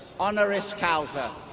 honoris causa